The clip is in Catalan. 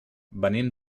venim